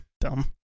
dumb